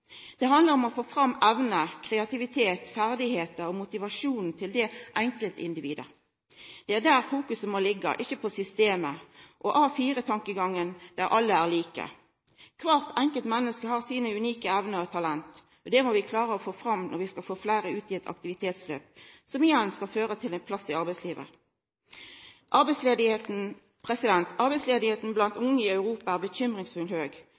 Det handlar om å få fram evner, kreativitet, ferdigheiter og motivasjon til det enkelte individet. Det er der fokuset må liggja, ikkje på systemet og A4-tankegangen, der alle er like. Kvart enkelt menneske har sine unike evner og talent, og det må vi klara å få fram når vi skal få fleire ut i eit aktivitetsløp, som igjen skal føra til ein plass i arbeidslivet. Arbeidsløysa blant unge i Europa er bekymringsfullt høg,